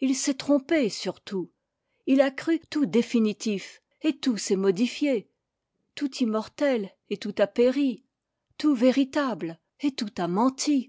il s'est trompé sur tout il a cru tout définitif et tout s'est modifié tout immortel et tout a péri tout véritable et tout a menti